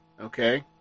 okay